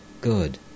good